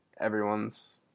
everyone's